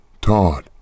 Todd